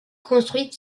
construites